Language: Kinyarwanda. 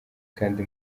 kandi